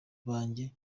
bange